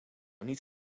niet